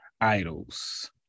idols